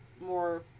more